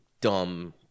dumb